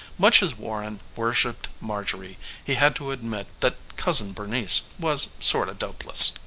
much as warren worshipped marjorie he had to admit that cousin bernice was sorta dopeless.